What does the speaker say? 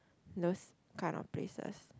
those kind of places